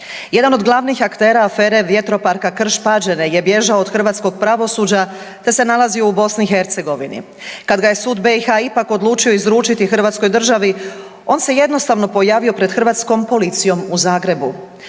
Jedan od glavnih aktera afere Vjetroparka Krš Pađene je bježao od hrvatskog pravosuđa te se nalazio u Bosni i Hercegovini. Kada ga je sud BiH ipak odlučio izručiti Hrvatskoj državi on se jednostavno pojavio pred hrvatskom policijom u Zagrebu.